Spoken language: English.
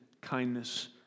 kindness